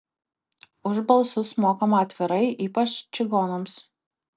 už balsus mokama atvirai ypač čigonams